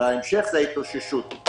ובהמשך זה ההתאוששות.